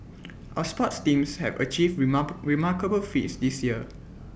our sports teams have achieved remark remarkable feats this year